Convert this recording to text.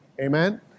Amen